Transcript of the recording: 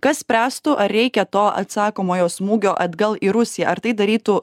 kas spręstų ar reikia to atsakomojo smūgio atgal į rusiją ar tai darytų